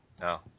No